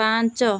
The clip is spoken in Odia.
ପାଞ୍ଚ